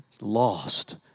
lost